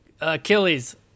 Achilles